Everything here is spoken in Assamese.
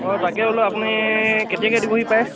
অঁ তাকে বোলো আপুনি কেতিয়াকৈ দিবহি পাৰে